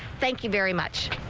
thank you very much.